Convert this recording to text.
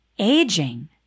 aging